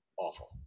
Awful